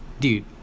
dude